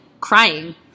crying